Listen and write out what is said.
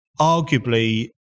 arguably